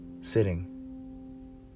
sitting